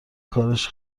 کارش